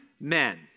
men